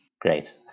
Great